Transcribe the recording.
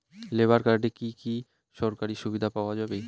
Labour কার্ডে কি কি সরকারি সুবিধা পাওয়া যাবে?